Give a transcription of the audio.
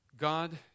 God